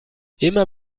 immer